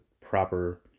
proper